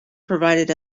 provided